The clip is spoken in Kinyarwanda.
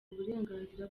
uburenganzira